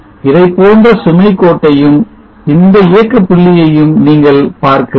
இதைப்போன்ற சுமை கோட்டையும் இந்த இயக்க புள்ளியையும் நீங்கள் பார்க்கிறீர்கள்